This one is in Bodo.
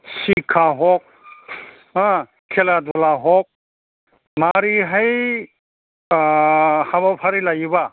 शिक्षा हक हा खेला धुला हक माबोरैहाय ओ हाबाफारि लायोब्ला